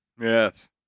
Yes